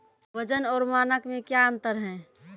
वजन और मानक मे क्या अंतर हैं?